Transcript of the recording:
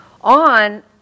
on